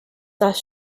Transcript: das